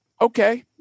okay